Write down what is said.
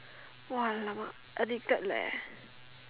!wah! alamak addicted leh